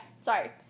Sorry